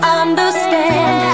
understand